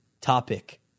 topic